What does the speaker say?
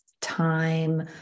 time